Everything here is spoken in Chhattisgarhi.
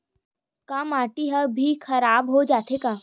का माटी ह भी खराब हो जाथे का?